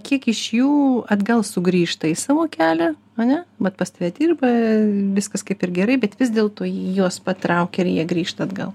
kiek iš jų atgal sugrįžta į savo kelią ar ne vat pas tave dirba viskas kaip ir gerai bet vis dėlto juos patraukia ir jie grįžta atgal